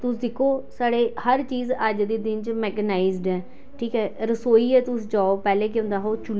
तुस दिक्खो साढ़े हर चीज़ अज्ज दे दिन च मेकेनाइज्ड ऐ ठीक ऐ रसोई गै तुस जाओ पैह्लें केह् होंदा हा ओह् चु'ल्ले होंदे हे